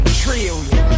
trillion